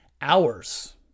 hours